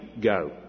go